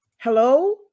Hello